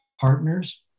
partners